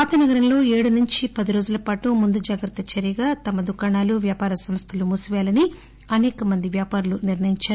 పాత నగరంలో ఏడు నుంచి పది రోజుల పాటు ముందు జాగ్రత్త చర్యగా తమ దుకాణాలు వ్యాపార సంస్దలు మూసిపేయాలని అనేక మంది వ్యాపారులు నిర్ణయించారు